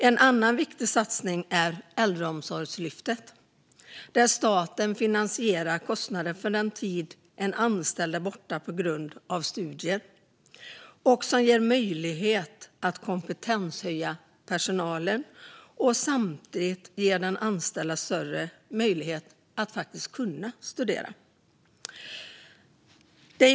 En annan viktig satsning är Äldreomsorgslyftet, där staten finansierar kostnaden för den tid en anställd är borta på grund av studier. Det ger möjlighet att höja personalens kompetens samtidigt som det ger den anställda större möjligheter att studera.